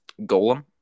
Golem